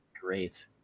great